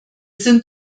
sind